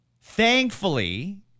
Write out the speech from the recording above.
Thankfully